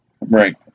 Right